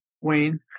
Wayne